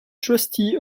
trustee